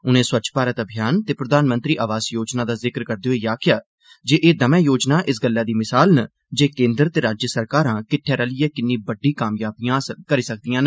उनें स्वच्छ भारत अभियान ते प्रधानमंत्री आवास योजना दा जिक्र करदे होई उनें आखेआ जे एह दमै योजना इस गल्लै दी मिसाल न जे केन्द्र ते राज्य सरकारां किट्ठे रलियै किन्नी बड्डी कामयाबियां हासल करी सकदिआं न